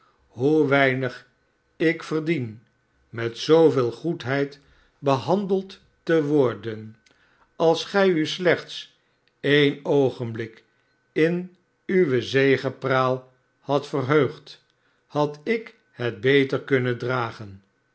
hoe weinig ik verdiende met zooveel goedheid behandeld te worden als gij u slechts een oogenblik in uwe zegepraal hadt verheugd had ik het beter kunnen dragen